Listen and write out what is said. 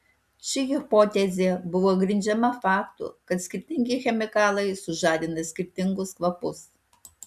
ši hipotezė buvo grindžiama faktu kad skirtingi chemikalai sužadina skirtingus kvapus